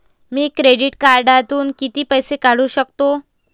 मी credit कार्डातून किती पैसे काढू शकतो?